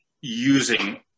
using